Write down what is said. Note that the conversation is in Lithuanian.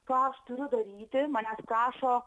ką aš turiu daryti manęs prašo